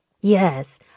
Yes